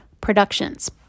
Productions